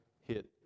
hit